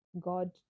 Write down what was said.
God